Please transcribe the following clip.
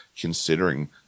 considering